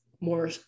more